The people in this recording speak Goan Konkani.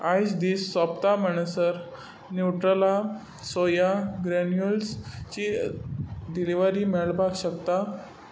आयज दीस सोंपता म्हणसर न्यूट्रेला सोया ग्रॅन्युल्सची डिलिव्हरी मेळपाक शकता